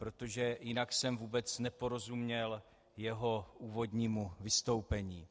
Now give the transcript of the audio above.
Protože jinak jsem vůbec neporozuměl jeho úvodnímu vystoupení.